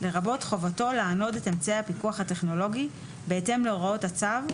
לרבות חובתו לענוד את אמצעי הפיקוח הטכנולוגי בהתאם להוראות הצו,